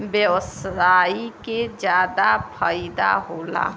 व्यवसायी के जादा फईदा होला